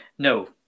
No